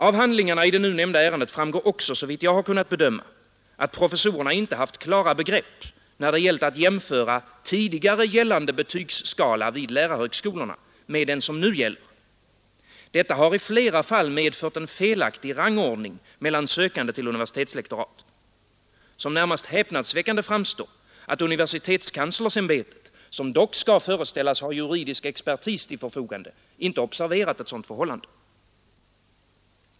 Av handlingarna i det nu nämnda ärendet framgår också, såvitt jag kunnat bedöma, att professorerna inte haft klara begrepp då det gällt att jämföra tidigare gällande betygsskala vid lärarhögskolorna med den nu gällande. Detta har i flera fall medfört felaktig rangordning mellan sökande till universitetslektorat. Som närmast häpnadsväckande framstår, ati universitetskanslersämbetet, som dock skall föreställas ha juridisk expertis till förfogande, inte observerat ett sådant förhållande.